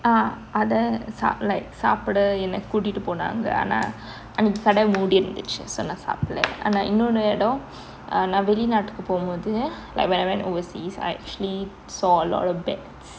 ah அதை சாப்பிட என்னை கூட்டிட்டு போனாங்க ஆனா அந்த கடை மூடி இருந்துச்சு:athai sapuda enne kootittu ponaanga aana antha kadai moodi irunthutchu so நான் சாப்பிடல ஆனால் இன்னொரு இடம்:naan sapidale aanal innoru idam uh நான் வெளிநாட்டுக்கு போகும்போது:naan velinaatukku pogumbothu like when I went overseas I actually saw a lot of bats